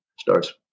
starts